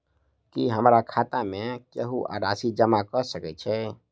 की हमरा खाता मे केहू आ राशि जमा कऽ सकय छई?